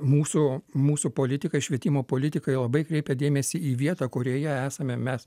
mūsų mūsų politikai švietimo politikai labai kreipia dėmesį į vietą kurioje esame mes